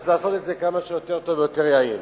אז יש לעשות את זה כמה שיותר טוב ויותר יעיל.